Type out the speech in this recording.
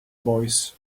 boys